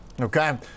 Okay